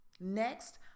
Next